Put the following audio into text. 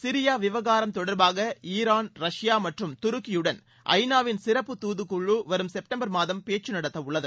Syria விவகாரம் தொடர்பாக Iran Russia மற்றும் துருக்கியுடன் ஐநாவின் சிறப்புத் துதுக்குழு வரும் செப்டம்பர் மாதம் பேச்சு நடத்தவுள்ளது